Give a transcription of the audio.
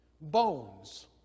Bones